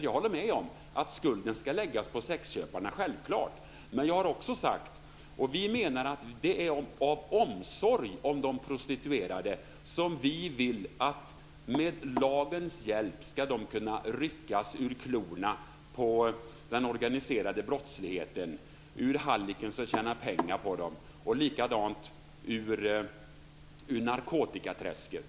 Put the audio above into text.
Jag håller med om att skulden självklart ska läggas på sexköparna. Men vi menar att det är av omsorg om de prostituerade som vi med lagens hjälp vill kunna rycka dem ur klorna på den organiserade brottsligheten, hallicken som tjänar pengar på dem och ur narkotikaträsket.